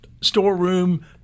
storeroom